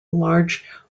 large